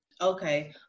okay